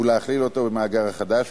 ולהכליל אותו במאגר החדש,